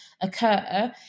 occur